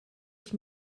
ich